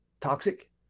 toxic